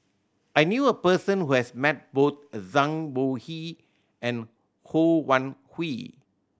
I knew a person who has met both Zhang Bohe and Ho Wan Hui